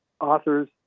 authors